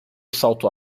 salto